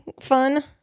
fun